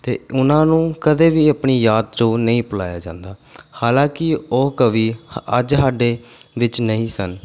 ਅਤੇ ਉਨ੍ਹਾਂ ਨੂੰ ਕਦੇ ਵੀ ਆਪਣੀ ਯਾਦ 'ਚੋਂ ਨਹੀਂ ਭੁਲਾਇਆ ਜਾਂਦਾ ਹਾਲਾਂਕਿ ਉਹ ਕਵੀ ਅੱਜ ਸਾਡੇ ਵਿੱਚ ਨਹੀਂ ਸਨ